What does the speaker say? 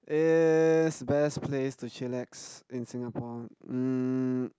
yes best place to chillax in Singapore um